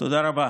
תודה רבה.